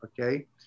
Okay